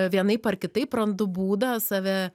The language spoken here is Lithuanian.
vienaip ar kitaip randu būdą save